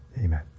Amen